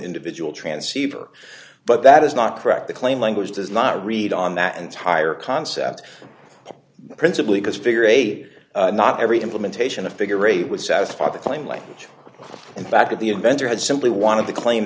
individual transceiver but that is not correct the claim language does not read on that entire concept principally because figure eight not every implementation of figure eight would satisfy the claim language and back to the inventor had simply wanted to claim